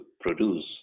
produce